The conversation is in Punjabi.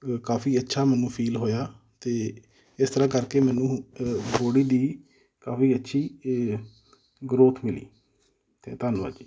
ਕਾਫ਼ੀ ਅੱਛਾ ਮੈਨੂੰ ਫੀਲ ਹੋਇਆ ਅਤੇ ਇਸ ਤਰ੍ਹਾਂ ਕਰਕੇ ਮੈਨੂੰ ਬੋਡੀ ਦੀ ਕਾਫ਼ੀ ਅੱਛੀ ਗਰੋਥ ਮਿਲੀ ਅਤੇ ਧੰਨਵਾਦ ਜੀ